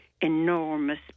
enormous